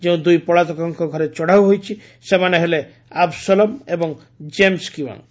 ଯେଉଁ ଦୁଇ ପଳାତକଙ୍କ ଘରେ ଚଢ଼ାଉ ହୋଇଛି ସେମାନେ ହେଲେ ଆବ୍ସୋଲମ ଏବଂ ଜେମ୍ମ କିୱାଙ୍ଗ୍